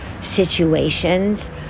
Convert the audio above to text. situations